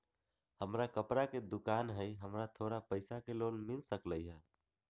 हमर कपड़ा के दुकान है हमरा थोड़ा पैसा के लोन मिल सकलई ह?